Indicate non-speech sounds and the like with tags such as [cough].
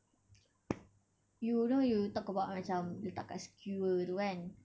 [noise] you know you talk about macam letak dekat skewer gitu kan